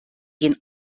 den